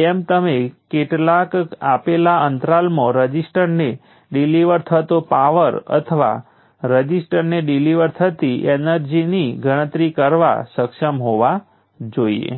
1 source power delivery કરે છે અને બીજો ક્યાં તો પાવર શોષી શકે છે અથવા ડીલીવર કરી શકે છે જો તમારી પાસે સિંગલ સોર્સ માટે સર્કિટ હોય તો તે સોર્સ પાવર ડિલિવરી કરશે